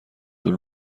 طول